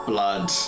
Blood